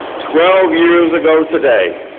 twelve years ago today,